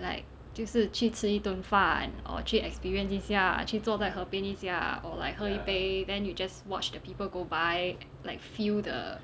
like 就是去吃一顿饭 or 去 experienced 一下去坐在河边一下 or like 喝一杯 then you just watch the people go by like feel the